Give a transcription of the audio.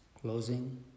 closing